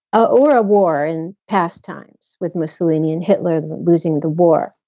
ah or a war in past times with mussolini and hitler losing the war.